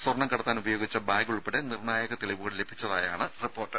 സ്വർണ്ണം കടത്താൻ ഉപയോഗിച്ച ബാഗ് ഉൾപ്പെടെ നിർണ്ണായക തെളിവുകൾ ലഭിച്ചതായാണ് റിപ്പോർട്ട്